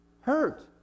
Hurt